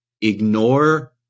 ignore